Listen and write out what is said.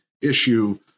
issue